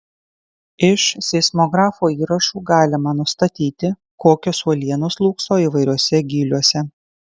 iš seismografo įrašų galima nustatyti kokios uolienos slūgso įvairiuose gyliuose